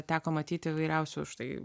teko matyti įvairiausių štai